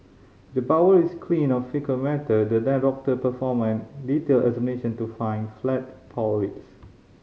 the bowel is clean of faecal matter then doctor can perform a detailed examination to find flat polyps